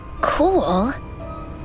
Cool